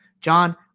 John